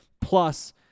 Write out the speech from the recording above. Plus